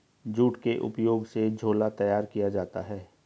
jute के उपयोग से झोला तैयार किया जाता है